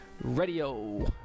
Radio